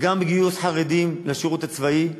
בגיוס חרדים, גם לשירות הצבאי,